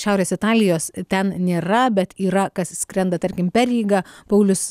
šiaurės italijos ten nėra bet yra kas skrenda tarkim per rygą paulius